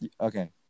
Okay